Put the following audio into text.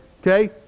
okay